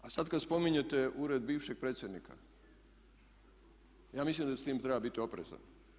A sad kad spominjete Ured bivšeg predsjednika ja mislim da s tim treba biti oprezan.